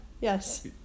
yes